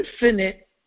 infinite